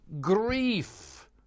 grief